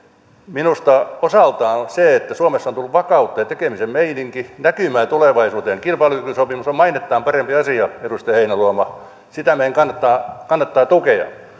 minusta osaltaan se että suomessa on tullut vakautta ja tekemisen meininki luo näkymää tulevaisuuteen kilpailukykysopimus on mainettaan parempi asia edustaja heinäluoma sitä meidän kannattaa tukea